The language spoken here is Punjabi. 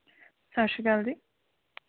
ਸਤਿ ਸ਼੍ਰੀ ਅਕਾਲ ਜੀ